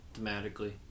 thematically